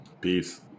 Peace